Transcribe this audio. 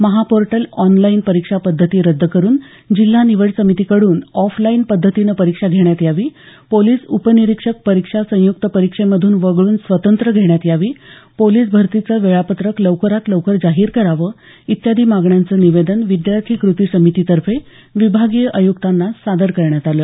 MahaPortal online परीक्षा पध्दती रद्द करून जिल्हा निवड समितीकडून ऑफलाईन पध्दतीनं परीक्षा घेण्यात यावी पोलिस उपनिरिक्षक परिक्षा संयुक्त परीक्षेमधून वगळून स्वतंत्र घेण्यात यावी पोलिस भरतीचं वेळापत्रक लवकरात लवकर जाहीर करावं आदी मागण्यांचं निवेदन विद्यार्थी कृती समितीतर्फे विभागीय आय्क्तांना सादर करण्यात आलं